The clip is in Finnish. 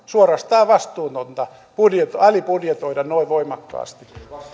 suorastaan vastuutonta alibudjetoida noin voimakkaasti